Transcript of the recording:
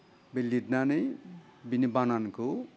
बे लिरनानै बेनि बानानखौ